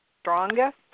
Strongest